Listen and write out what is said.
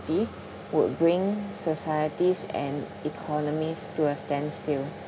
would bring societies and economies to a standstill